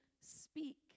Speak